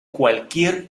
cualquier